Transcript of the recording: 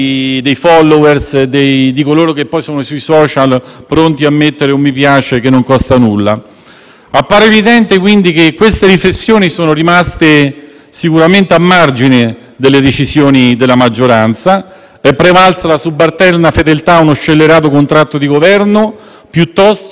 Appare evidente, quindi, che queste riflessioni sono rimaste sicuramente a margine delle decisioni della maggioranza; è prevalsa una subalterna fedeltà a uno scellerato contratto di Governo piuttosto che ai principi costituzionali che preordinano anche il nostro ruolo di rappresentanti delle istituzioni.